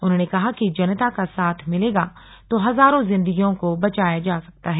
उन्होंने कहा कि जनता का साथ मिलेगा तो हजारों जिंदगियों को बचाया जा सकता है